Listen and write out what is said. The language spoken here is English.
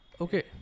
Okay